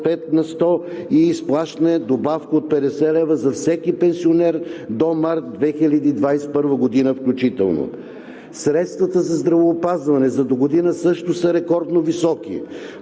5 на сто и изплащане добавка от 50 лв. за всеки пенсионер до март 2021 г. включително. Средствата за здравеопазване за догодина също са рекордно високи.